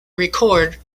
record